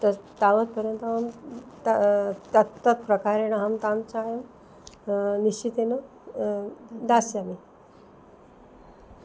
तस्य तावत्पर्यन्तमहं ता तत्तत्प्रकारेण अहं तान् चायं निश्चितेन दास्यामि